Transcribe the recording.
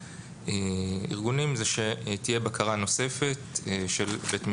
הארגונים זה שתהיה בקרה נוספת של בית משפט.